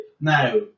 Now